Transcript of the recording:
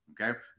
okay